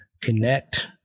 connect